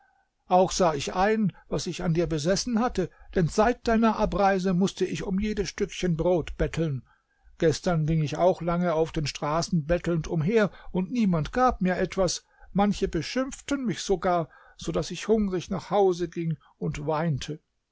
auch sah ich ein was ich an dir besessen hatte denn seit deiner abreise mußte ich um jedes stückchen brot betteln gestern ging ich auch lange auf den straßen bettelnd umher und niemand gab mir etwas manche beschimpften mich sogar so daß ich hungrig nach hause ging und weinte